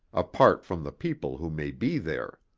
apart from the people who may be there.